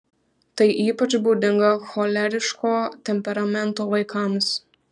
tai ypač būdinga choleriško temperamento vaikams